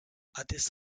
addis